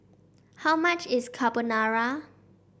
how much is Carbonara